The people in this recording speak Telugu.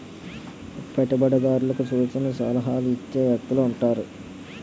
పెట్టుబడిదారులకు సూచనలు సలహాలు ఇచ్చే వ్యక్తులు ఉంటారు